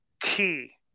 key